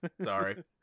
sorry